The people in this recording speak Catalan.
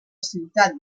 ciutat